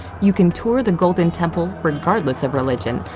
you can tour the golden temple regardless of religion,